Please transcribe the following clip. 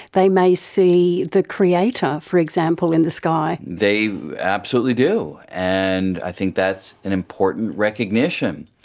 they may see the creator, for example, in the sky. they absolutely do, and i think that's an important recognition,